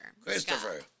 Christopher